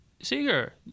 Seeger